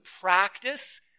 practice